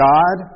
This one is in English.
God